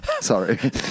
Sorry